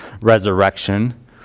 resurrection